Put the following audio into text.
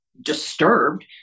Disturbed